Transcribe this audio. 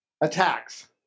attacks